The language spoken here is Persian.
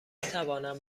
توانند